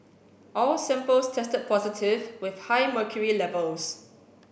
all samples tested positive with high mercury levels